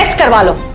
golu.